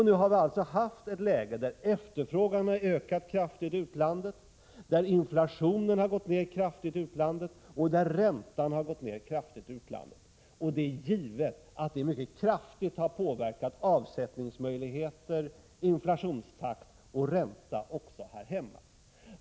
Nu har vi alltså haft ett läge där efterfrågan har ökat kraftigt i utlandet, där inflationen har gått ned kraftigt i utlandet och där räntan har sjunkit kraftigt i utlandet. Det är givet att det mycket starkt har påverkat avsättningsmöjligheter, inflationstakt och ränta också här hemma.